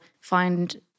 find